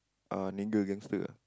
ah gangster ah